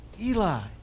eli